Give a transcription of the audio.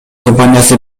компаниясы